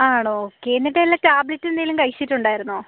ആണോ ഓക്കെ എന്നിട്ടെന്നാ ടാബ്ലെറ്റെന്തേലും കഴിച്ചിട്ടുണ്ടായിരുന്നോ